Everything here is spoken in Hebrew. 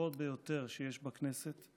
החשובות ביותר שיש בכנסת,